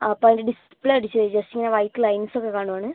ആ അപ്പം അത് ഡിസ്പ്ലേ അടിച്ച് പോയി ജസ്റ്റ് ഇങ്ങനെ വൈറ്റ് ലൈൻസ് ഒക്ക കാണുവാണ്